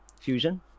Fusion